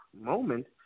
moment